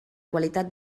qualitat